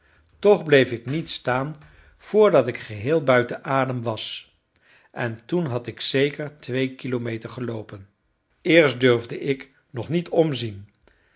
toch bleef ik niet staan voordat ik geheel buiten adem was en toen had ik zeker twee kilometer geloopen eerst durfde ik nog niet omzien